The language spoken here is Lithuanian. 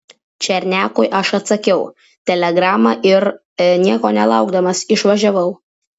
černiakui aš atsakiau telegrama ir nieko nelaukdamas išvažiavau